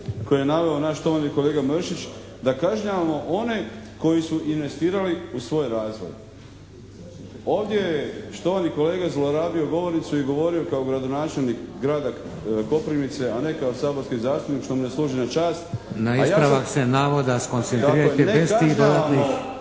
koju je naveo naš štovani kolega Mršić, da kažnjavamo one koji su investirali u svoj razvoj. Ovdje je štovani kolega zlorabio govornicu i govorio kao gradonačelnik grada Koprivnice a ne kao saborski zastupnik što mu ne služi na čast, a … **Šeks, Vladimir (HDZ)** Na